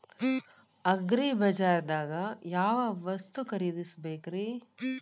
ಅಗ್ರಿಬಜಾರ್ದಾಗ್ ಯಾವ ವಸ್ತು ಖರೇದಿಸಬೇಕ್ರಿ?